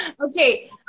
Okay